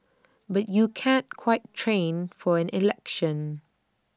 but you can't quite train for an election